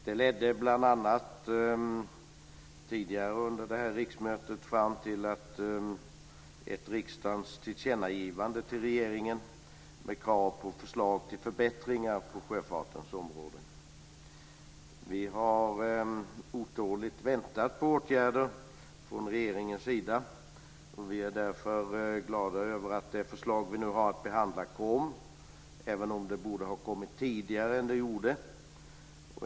Det ledde tidigare under riksmötet bl.a. fram till ett riksdagens tillkännagivande till regeringen med krav på förslag till förbättringar på sjöfartens område. Vi har otåligt väntat på åtgärder från regeringens sida. Vi är därför glada över att det förslag vi nu har att behandla kom, även om det borde ha kommit tidigare än det gjorde.